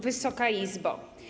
Wysoka Izbo!